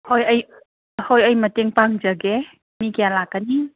ꯍꯣꯏ ꯑꯩ ꯍꯣꯏ ꯑꯩ ꯃꯇꯦꯡ ꯄꯥꯡꯖꯒꯦ ꯃꯤ ꯀꯌꯥ ꯂꯥꯛꯀꯅꯤ